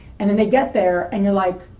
and then they get there and you're like,